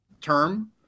term